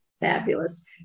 Fabulous